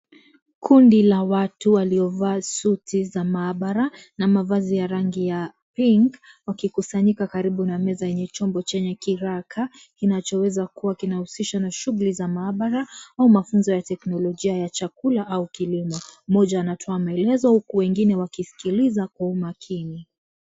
Kundi la watu waliovaa suti za maabara na mavazi ya rangi ya pink wakikusanyika karibu meza yenye chombo chenye kiraka kinachoweza kuwa kinahusihwa na shuguli za maabara au mafunzo ya teknolojia ya chakula au kilimo mmoja anatoa maelezo huku wengine wakiskiliza kwa umakini.